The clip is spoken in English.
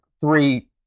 three